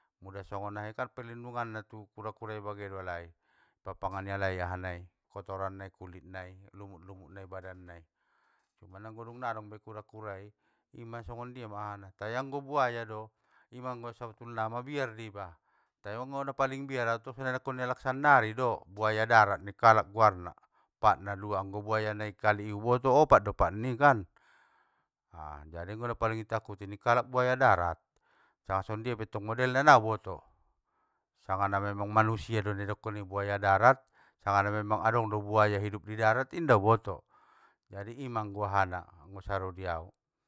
Mula songon ahai kan perlindungan na tu kura kura i bage do alai, papangani alai ahanai kotoran nai kulit nai lumut lumut na ibadan nai. Manombo dung nadong be kura kurai, ima songondia ma ahama, tai anggo buaya do, ima anggo sabetulna mabiar do iba, te anggo napaling biar au tong songon nai dokon alak sannari do, buaya darat ning kalak guarna, patna dua. Anggo buaya nai kali iboto opat do pat ni i kan!, a jadi anggo napaling itakuti ningkalak buaya darat, sanga songondia pe tong modelna nauboto, sanga na memang manusia do nai dokkon i buaya darat, sanga na memang adong do buaya hidup di darat, inda uboto. Jadi ima anggo ahana, anggo saro diau.